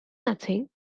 nothing